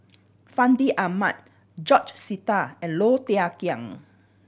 Fandi Ahmad George Sita and Low Thia Khiang